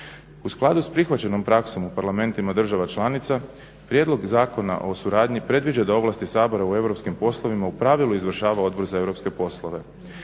U skladu s prihvaćenom praksom u parlamentima država članica prijedlog zakona o suradnji predviđa da ovlasti Sabora u europskim poslovima u pravilu izvršava Odbor za europske poslove.